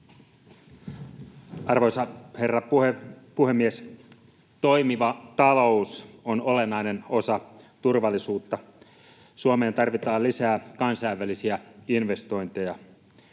Arvoisa herra puhemies! Toimiva talous on olennainen osa turvallisuutta. Suomeen tarvitaan lisää kansainvälisiä investointeja.